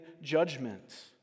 judgment